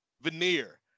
veneer